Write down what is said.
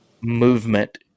movement